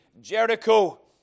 Jericho